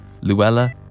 Luella